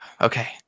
Okay